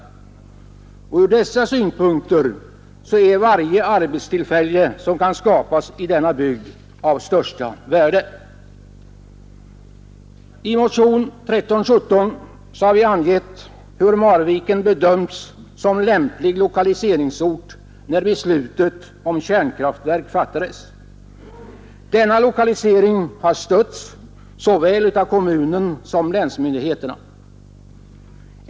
Ur dessa synpunkter är varje arbetstillfälle som kan skapas i denna bygd av största värde. I motionen 1317 har vi angett hur Marviken bedömts som lämplig lokaliseringsort när beslutet om kärnkraftverk fattades. Denna lokalisering har stötts av såväl kommunen som länsmyndigheterna.